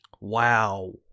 Wow